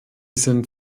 sind